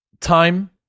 time